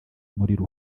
muriro